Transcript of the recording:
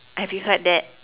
have you heard that